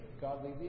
godly